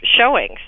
showings